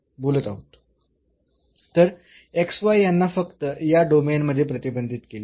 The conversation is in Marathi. तर यांना फक्त या डोमेन मध्ये प्रतिबंधित केले आहे